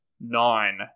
nine